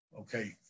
okay